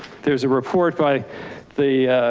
there's a report by the,